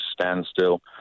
standstill